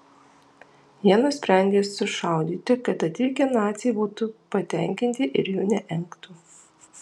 jie nusprendė sušaudyti kad atvykę naciai būtų patenkinti ir jų neengtų